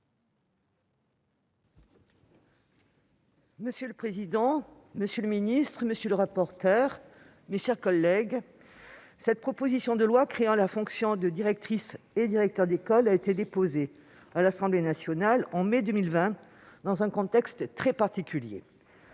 Monsieur le président, monsieur le ministre, mes chers collègues, cette proposition de loi créant la fonction de directrice et directeur d'école a été déposée à l'Assemblée nationale en mai 2020 dans un contexte très particulier.